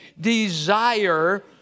desire